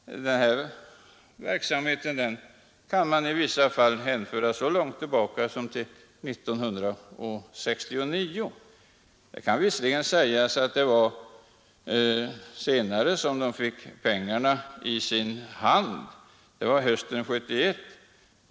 Denna verksamhet går i vissa fall så långt tillbaka som till 1969. Det kan visserligen sägas att man fick pengarna i sin hand senare — hösten 1971.